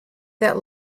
that